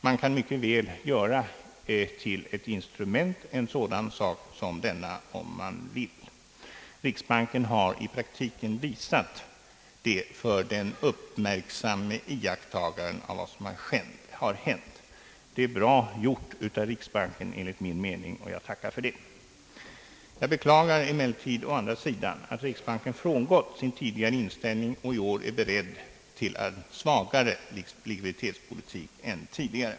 Man kan mycket väl göra en sådan sak som sedelutgivning och likviditet till ett instrument om man vill. Riksbanken har i praktiken visat det för den uppmärks samme iakttagaren av vad som har hänt. Det är bra gjort av riksbanken enligt min mening, och jag tackar för det. Jag beklagar emellertid å andra sidan att riksbanken har frångått sin tidigare inställning och i år är beredd till en väsentligt svagare likviditetspolitik än tidigare.